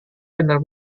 benar